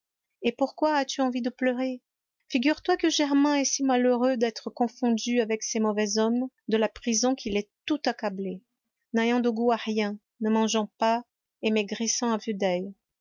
et pourquoi as-tu envie de pleurer figure-toi que germain est si malheureux d'être confondu avec ces mauvais hommes de la prison qu'il est tout accablé n'ayant de goût à rien ne mangeant pas et maigrissant à vue d'oeil